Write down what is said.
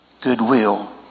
goodwill